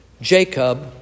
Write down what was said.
Jacob